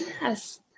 Yes